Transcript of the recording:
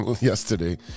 yesterday